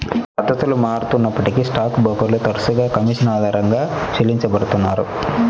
పద్ధతులు మారుతూ ఉన్నప్పటికీ స్టాక్ బ్రోకర్లు తరచుగా కమీషన్ ఆధారంగా చెల్లించబడతారు